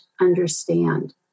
understand